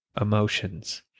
emotions